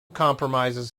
compromises